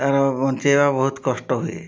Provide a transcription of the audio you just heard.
ତା'ର ବଞ୍ଚାଇବା ବହୁତ କଷ୍ଟ ହୁଏ